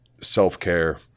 self-care